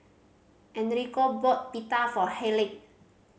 Enrico bought Pita for Hayleigh